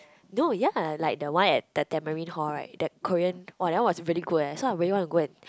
no yea like that one at the Tamarind-Hall right that Korean !wah! that one was really good leh so I really go and